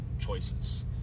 choices